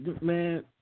man